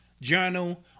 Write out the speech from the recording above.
journal